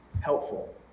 helpful